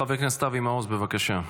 חבר הכנסת אבי מעוז, בבקשה.